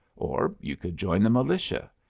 or, you could join the militia.